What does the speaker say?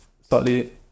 slightly